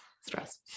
stress